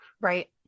Right